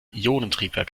ionentriebwerk